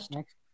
Next